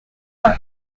park